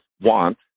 want